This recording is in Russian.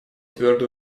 твердо